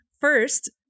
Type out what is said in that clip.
first